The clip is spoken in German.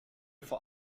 vor